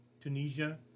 Tunisia